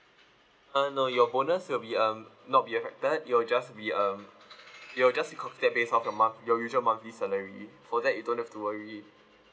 err no your bonus will be um not be affected you'll just be um you'll just be compensated based on your month~ your usual monthly salary for that you don't have to worry